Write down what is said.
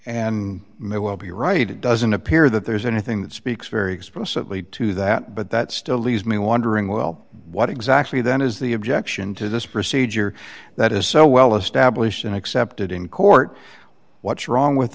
may well be right it doesn't appear that there's anything that speaks very explicitly to that but that still leaves me wondering well what exactly then is the objection to this procedure that is so well established and accepted in court what's wrong with